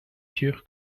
sûr